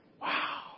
Wow